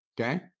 Okay